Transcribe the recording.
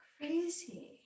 crazy